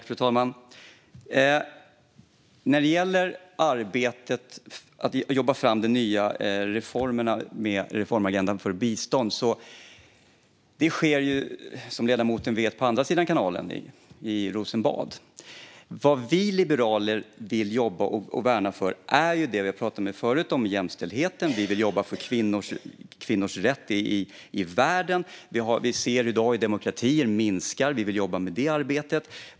Fru talman! När det gäller att arbeta fram den nya reformagendan för bistånd sker detta, som ledamoten vet, på andra sidan kanalen i Rosenbad. Liberalerna värnar det vi har pratat om förut, nämligen jämställdheten och kvinnors rättigheter i världen. Vi ser att demokratierna blir färre, och vi vill jobba med de frågorna.